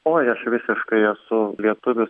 oj aš visiškai esu lietuvis